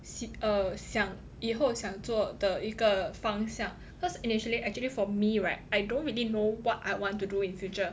sit err 想以后想做的一个方向 cause initially actually for me right I don't really know what I want to do in future